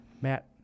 Matt